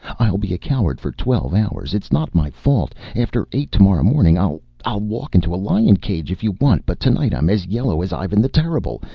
i'll be a coward for twelve hours. it's not my fault. after eight tomorrow morning i'll i'll walk into a lion-cage if you want, but tonight i'm as yellow as ivan the terrible!